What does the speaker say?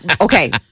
okay